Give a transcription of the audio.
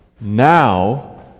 Now